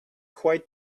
quite